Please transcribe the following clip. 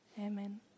Amen